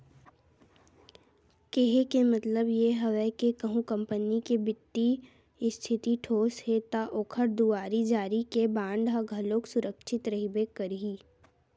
केहे के मतलब ये हवय के कहूँ कंपनी के बित्तीय इस्थिति ठोस हे ता ओखर दुवारी जारी के बांड ह घलोक सुरक्छित रहिबे करही